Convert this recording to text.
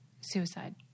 suicide